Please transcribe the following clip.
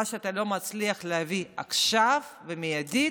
מה שאתה לא מצליח להביא עכשיו ומיידית,